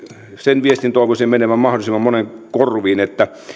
sen viestin toivoisin menevän mahdollisimman monen korviin että